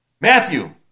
Matthew